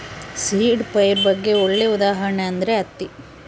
seed ಫೈಬರ್ಗೆ ಒಳ್ಳೆ ಉದಾಹರಣೆ ಅಂದ್ರೆ ಹತ್ತಿ